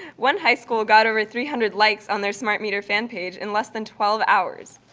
one high school got over three hundred likes on their smart meter fan page in less than twelve hours.